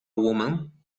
woman